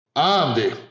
Andy